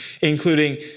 including